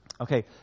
Okay